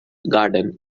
garden